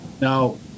Now